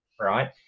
right